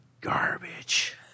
garbage